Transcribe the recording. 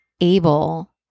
able